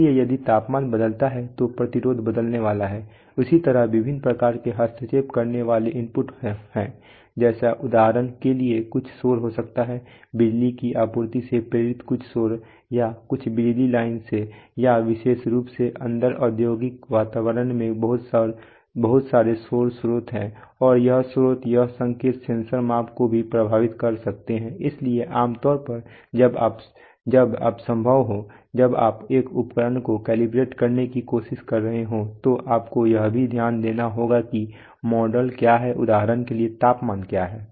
इसलिए यदि तापमान बदलता है तो प्रतिरोध बदलने वाला है इसी तरह विभिन्न प्रकार के हस्तक्षेप करने वाले इनपुट हैं जैसे उदाहरण के लिए कुछ शोर हो सकता है बिजली की आपूर्ति से प्रेरित कुछ शोर है या कुछ बिजली लाइन से या विशेष रूप से अंदर औद्योगिक वातावरण में बहुत सारे शोर स्रोत और यह स्रोत यह संकेत सेंसर माप को भी प्रभावित कर सकते हैं इसलिए आम तौर पर जब आप संभव हो जब आप एक उपकरण को कैलिब्रेट करने की कोशिश कर रहे हों तो आपको यह भी ध्यान देना होगा कि मॉडल क्या हैं उदाहरण के लिए तापमान क्या है